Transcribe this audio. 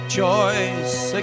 choice